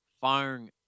firing